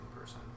person